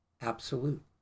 absolute